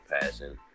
passing